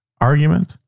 argument